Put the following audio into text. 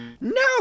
No